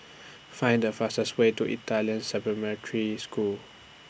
Find The fastest Way to Italian Supplementary School